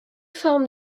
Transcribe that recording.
formes